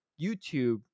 YouTube